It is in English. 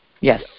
Yes